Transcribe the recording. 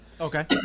Okay